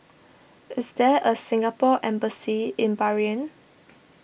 is there a Singapore Embassy in Bahrain